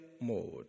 mode